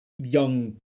young